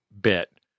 bit